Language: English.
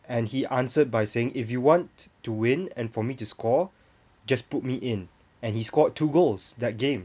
and he answered by saying if you want to win and for me to score just put me in and he scored two goals that game